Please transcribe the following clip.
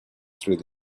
through